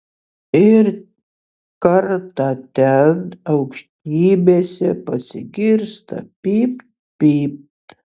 ir kartą ten aukštybėse pasigirsta pyp pyp